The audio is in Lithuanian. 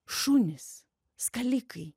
šunys skalikai